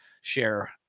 share